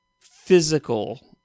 physical